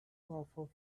offer